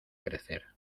crecer